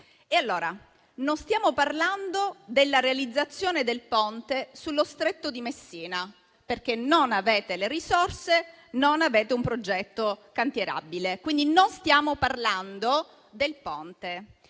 parlando. Non stiamo parlando della realizzazione del Ponte sullo Stretto di Messina, perché non avete le risorse e non avete un progetto cantierabile, quindi non stiamo parlando del Ponte.